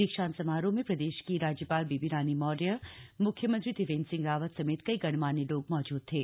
दीक्षांत समारोह में प्रदेश की राज्यपाल बेबी रानी मौर्य मुख्यमंत्री त्रिवेंद्र सिंह रावत समेत कई गणमान्य लोग मौजूद थे